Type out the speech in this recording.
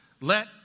Let